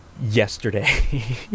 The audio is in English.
yesterday